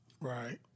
Right